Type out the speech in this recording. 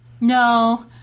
No